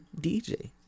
DJ